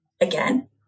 Again